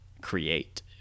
create